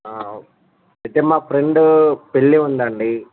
అయితే మా ఫ్రెండ్ పెళ్ళి ఉందండి